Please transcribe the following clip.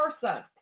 person